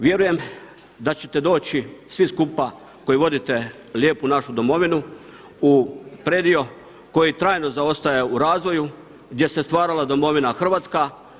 Vjerujem da ćete doći svi skupa koji vodite lijepu našu domovinu u predio koji trajno zaostaje u razvoju, gdje se stvarala domovina Hrvatska.